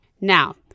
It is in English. Now